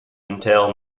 entail